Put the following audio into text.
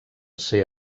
ser